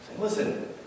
Listen